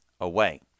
away